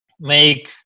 make